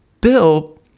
Bill